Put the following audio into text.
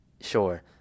Sure